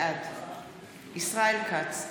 בעד ישראל כץ,